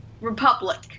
Republic